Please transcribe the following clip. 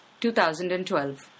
2012